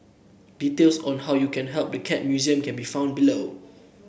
details on how you can help the Cat Museum can be found below